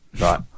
Right